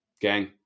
gang